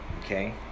Okay